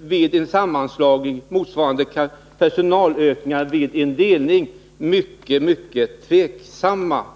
vid en sammanslagning motsvarande kostnaderna för personalökning vid en delning mycket tveksamt.